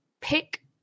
pick